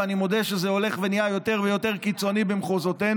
אני מודה שזה הולך ונהיה יותר ויותר קיצוני במחוזותינו,